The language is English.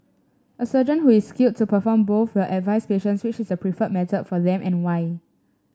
a surgeon who is skilled to perform both will advise patients which is the preferred method for them and why